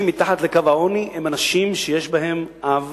מתחת לקו העוני הם אנשים ממשפחות שיש בהם אב